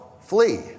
Flee